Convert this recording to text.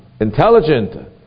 intelligent